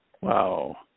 Wow